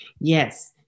Yes